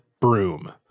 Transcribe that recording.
broom